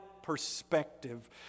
perspective